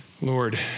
Lord